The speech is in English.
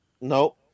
No